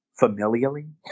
familially